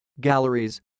galleries